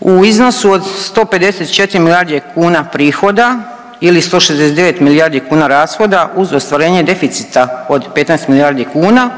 u iznosu od 154 milijarde kuna prihoda ili 169 milijardi kuna rashoda uz ostvarenje deficita od 15 milijardi kuna